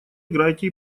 играете